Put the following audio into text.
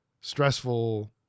stressful